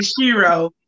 Shiro